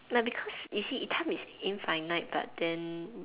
but because you see time is infinite but then